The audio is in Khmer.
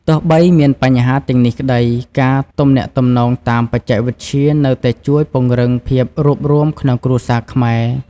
ទោះបីមានបញ្ហាទាំងនេះក្ដី ការទំនាក់ទំនងតាមបច្ចេកវិទ្យានៅតែជួយពង្រឹងភាពរួបរួមក្នុងគ្រួសារខ្មែរ។